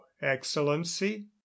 excellency